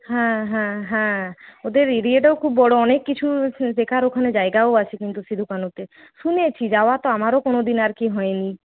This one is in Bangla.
হ্যাঁ হ্যাঁ হ্যাঁ ওদের এরিয়াটাও খুব বড়ো অনেককিছু শেখার ওখানে জায়গাও আছে কিন্তু সিধু কানুতে শুনেছি যাওয়া তো আমারও কোনোদিন আর কি হয়নি